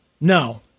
No